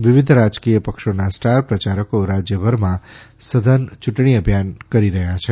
વિવિધ રાજકીય પક્ષોના સ્ટાર પ્રચારકો રાજ્યભરમાં સઘન ચૂંટણી અભિયાન કરી રહ્યા છે